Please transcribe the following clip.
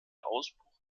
ausbruch